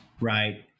right